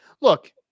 look